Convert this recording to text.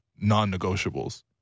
non-negotiables